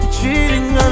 Cheating